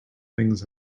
things